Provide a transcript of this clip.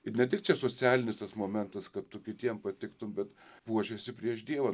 ir ne tik čia socialinis tas momentas kad tu kitiem patiktum bet puošiasi prieš dievą